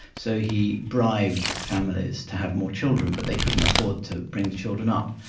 so he bribed families to have more children but they couldn't afford to bring the children up,